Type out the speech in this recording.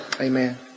Amen